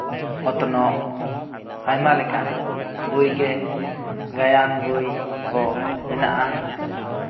ᱚᱛᱱᱚᱜ ᱟᱭᱢᱟ ᱞᱮᱠᱟᱱ ᱵᱳᱭ ᱜᱮ ᱜᱟᱭᱟᱱ ᱵᱳᱭ ᱠᱚ ᱢᱮᱱᱟᱜᱼᱟ